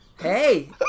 Hey